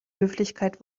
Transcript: höflichkeit